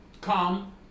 Come